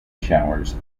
showers